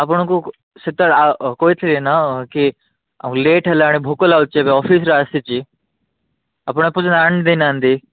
ଆପଣଙ୍କୁ ସେତେବେଳେ କହିଥିଲି ନା କି ଲେଟ୍ ହେଲାଣି ଭୋକ ଲାଗୁଛି ଏବେ ଅଫିସରୁ ଆସିଛି ଆପଣ ଏପର୍ଯ୍ୟନ୍ତ ଆଣି ଦେଇନାହାଁନ୍ତି